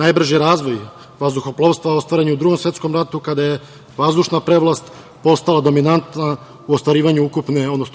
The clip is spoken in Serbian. Najbrži razvoj vazduhoplovstva ostvaren je u Drugom svetskom ratu, kada je vazdušna prevlast postala dominantna u ostvarivanju